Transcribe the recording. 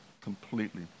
completely